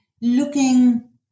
looking